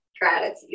gratitude